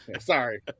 sorry